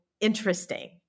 interesting